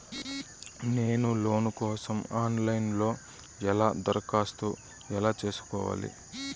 నేను లోను కోసం online లో ఎలా దరఖాస్తు ఎలా సేసుకోవాలి?